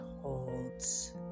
holds